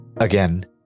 Again